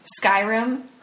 Skyrim